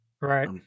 right